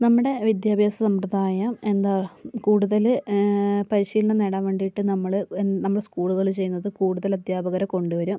നമ്മുടെ വിദ്യാഭ്യാസ സമ്പ്രദായം എന്താ കൂടുതൽ പരിശീലനം നേടാൻ വേണ്ടിയിട്ട് നമ്മൾ നമ്മൾ സ്കൂളുകളിൽ ചെയ്യുന്നത് കൂടുതൽ അധ്യാപകരെ കൊണ്ടു വരും